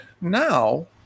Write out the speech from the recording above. Now